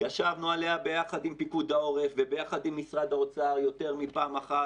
ישבנו עליה ביחד עם פיקוד העורף וביחד עם משרד האוצר יותר מפעם אחת,